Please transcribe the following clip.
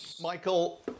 Michael